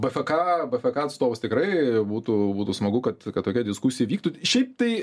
bfk bfk atstovus tikrai būtų būtų smagu kad kad tokia diskusija vyktų šiaip tai